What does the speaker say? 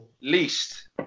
Least